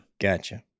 Gotcha